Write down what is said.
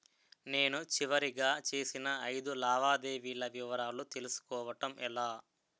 నేను చివరిగా చేసిన ఐదు లావాదేవీల వివరాలు తెలుసుకోవటం ఎలా?